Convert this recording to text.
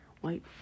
White